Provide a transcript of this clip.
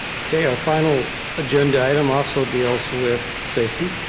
okay. our final agenda item also deals with safety.